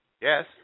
Yes